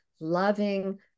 loving